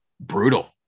brutal